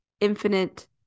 infinite